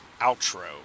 outro